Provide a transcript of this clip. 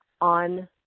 on